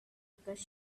because